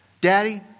Daddy